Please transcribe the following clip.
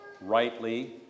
rightly